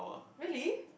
really